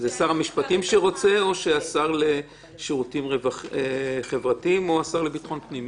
זה שר המשפטים שרוצה או השר לשירותים חברתיים או השר לביטחון הפנים?